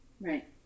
Right